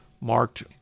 marked